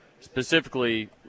specifically